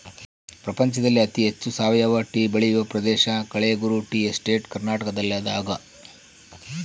ಪ್ರಪಂಚದಲ್ಲಿ ಅತಿ ಹೆಚ್ಚು ಸಾವಯವ ಟೀ ಬೆಳೆಯುವ ಪ್ರದೇಶ ಕಳೆಗುರು ಟೀ ಎಸ್ಟೇಟ್ ಕರ್ನಾಟಕದಾಗದ